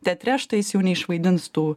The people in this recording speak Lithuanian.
teatre štai jis jau neišvadins tų